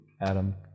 Adam